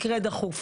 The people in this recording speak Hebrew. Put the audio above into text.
מקרה דחוף,